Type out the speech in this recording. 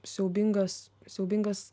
siaubingas siaubingas